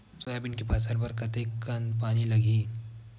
Soybean के फसल बर कतेक कन पानी लगही?